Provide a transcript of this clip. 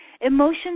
Emotions